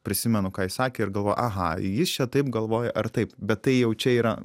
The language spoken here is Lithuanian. prisimenu ką jis sakė ir galvoju aha jis čia taip galvoja ar taip bet tai jau čia yra